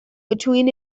between